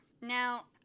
Now